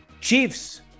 Chiefs